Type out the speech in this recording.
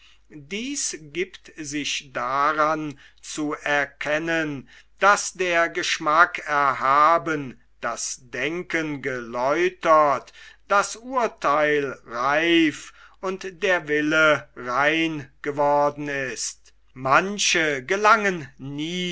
dies giebt sich daran zu erkennen daß der geschmack erhaben das denken geläutert das urtheil reif und der wille rein geworden ist manche gelangen nie